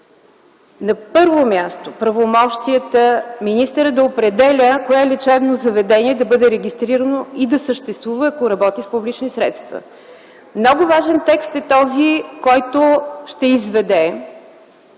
На първо място, правомощията министърът да определя кое лечебно заведение да бъде регистрирано и да съществува, ако работи с публични средства. Много важен текст е този, който ще изведе